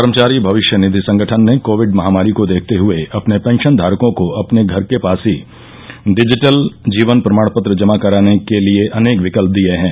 कर्मचारी भविष्य निधि संगठन ने कोविड महामारी को देखते हए अपने पेंशनधारकों को अपने घर के पास ही डिजिटल जीवन प्रमाण पत्र जमा कराने के लिए अनेक विकल्प दिए हैं